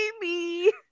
baby